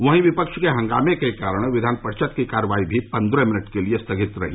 वहीं विपक्ष के हंगामे के कारण विधान परिषद की कार्यवाही भी पन्द्रह मिनट के लिये स्थगित रही